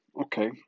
Okay